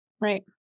Right